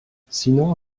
sinon